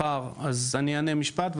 אז אני אענה משפט,